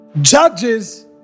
judges